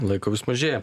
laiko vis mažėja